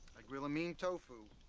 i grill a mean tofu.